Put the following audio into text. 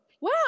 wow